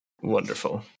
Wonderful